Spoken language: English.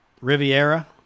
Riviera